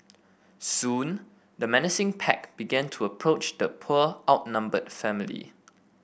soon the menacing pack began to approach the poor outnumbered family